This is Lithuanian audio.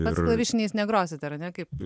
pats klavišiniais negrosit ar ne kaip